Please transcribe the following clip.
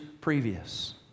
previous